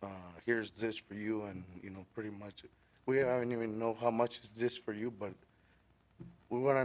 but here's this for you and you know pretty much we haven't even know how much is just for you but we want to